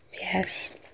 yes